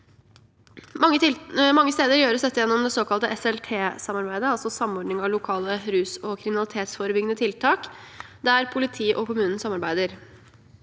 Mange steder gjøres dette gjennom det såkalte SLT-samarbeidet, Samordning av lokale rus- og kriminalitetsforebyggende tiltak, der politi og kommune samarbeider.